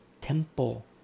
temple